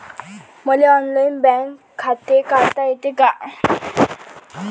मले online bank खाते काढता येते का?